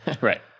Right